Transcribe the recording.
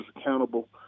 accountable